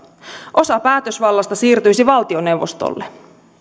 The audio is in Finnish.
osa päätösvallasta siirtyisi valtioneuvostolle